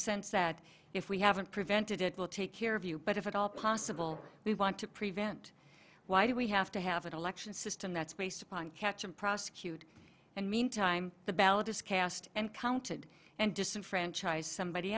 sense that if we haven't prevented it will take care of you but if at all possible we want to prevent why do we have to have an election system that's based upon catch and prosecute and meantime the ballot is cast and counted and disenfranchise somebody